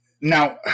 Now